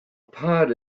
pod